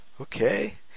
Okay